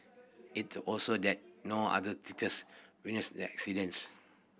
it also that no other teachers witnessed the incidents